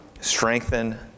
strengthen